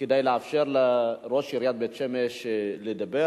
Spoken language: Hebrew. כדי לאפשר לראש עיריית בית-שמש לדבר,